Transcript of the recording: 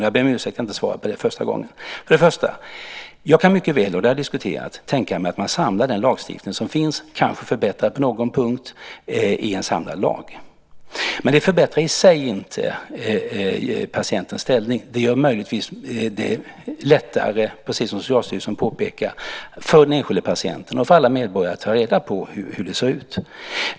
Jag ber om ursäkt för att jag inte gav svar om det första gången. Jag kan mycket väl, och det har vi diskuterat, tänka mig att man samlar den lagstiftning som finns, kanske förbättrad på någon punkt, i en samlad lag. Men det förbättrar i sig inte patientens ställning. Det gör det möjligtvis lättare, precis som Socialstyrelsen påpekat, för den enskilde patienten och för alla medborgare att ta reda på hur det ser ut.